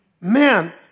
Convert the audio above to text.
man